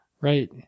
Right